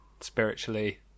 spiritually